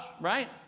right